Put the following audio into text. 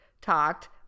talked